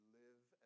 live